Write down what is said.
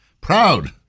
proud